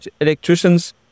electricians